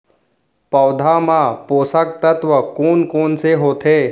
पौधे मा पोसक तत्व कोन कोन से होथे?